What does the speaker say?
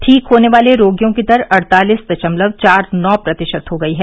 ठीक होने वाले रोगियों की दर अड़तालीस दशमलव चार नौ प्रतिशत हो गई है